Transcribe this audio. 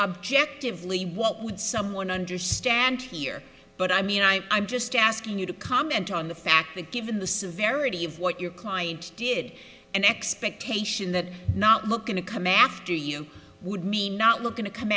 objectively what would someone understand here but i mean i'm i'm just asking you to comment on the fact that given the severity of what your client did an expectation that not looking to come after you would mean not looking to come